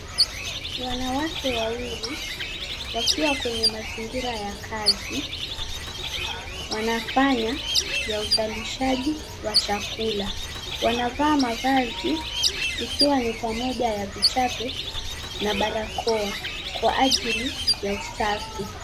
Wanawake wawili wakiwa kwenye mazingira ya kazi wanafanya ya uzalishaji wa chakula wanavaa mavazi ikiwa ni pamoja ya vichape na barakoa kwa ajili ya usafi.